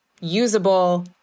usable